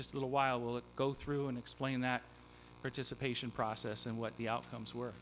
just a little while we'll go through and explain that participation process and what the outcomes were